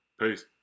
Peace